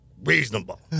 reasonable